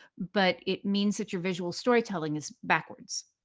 but it means that your visual storytelling is backwards.